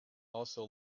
also